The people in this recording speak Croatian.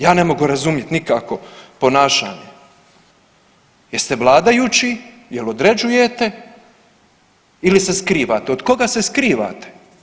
Ja ne mogu razumjet nikako ponašanje, jeste vladajući, jel određujete ili se skrivate, od koga se skrivate?